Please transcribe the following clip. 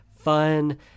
fun